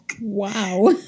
Wow